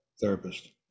therapist